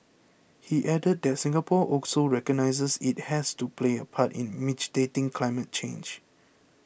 he added that Singapore also recognises it has to play a part in mitigating climate change